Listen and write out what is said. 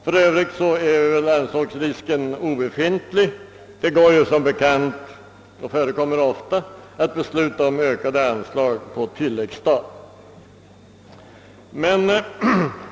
För övrigt ansågs risken för anslagsbrist obefintlig. Det går som bekant — det förekommer ofta — att besluta om ökade anslag på tillläggsstat.